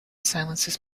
silences